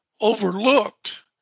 overlooked